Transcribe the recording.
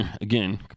again